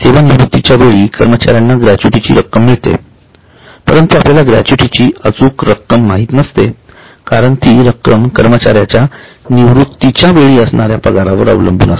सेवानिवृत्तीच्या वेळी कर्मचार्यांना ग्रॅच्युटीची रक्कम मिळते परंतु आपल्याला ग्रॅच्युटीची अचूक रक्कम माहित नसते कारण ती रक्कम कर्मचाऱ्याच्या निवृत्तीच्या वेळी असणाऱ्या पगारावर अवलंबून असते